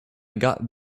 got